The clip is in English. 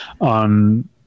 on